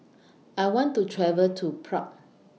I want to travel to Prague